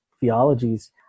theologies